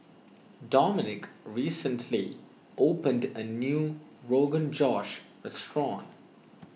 Domonique recently opened a new Rogan Josh restaurant